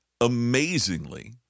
Amazingly